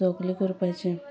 सगलें करपाचें